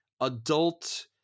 adult